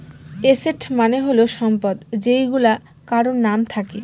asset মানে হল সম্পদ যেইগুলা কারোর নাম থাকে